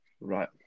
Right